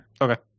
Okay